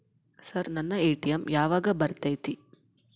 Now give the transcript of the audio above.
Sir ನನ್ನ ATM ಯಾವಾಗ ಬರತೈತಿ?